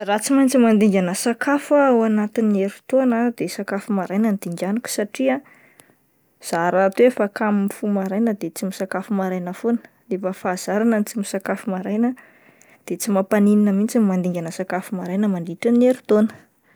Raha tsy maintsy mandingana sakafo ah ao anatin'ny heritaona de sakafo maraina no dinganiko satria zaha rahateo efa kamo mifoha maraina de tsy misakafo maraina foana, efa fahazarana ny tsy misakafo maraina de tsy mampanino mihintsy ny mandingana sakafo maraina mandritra ny heritaona.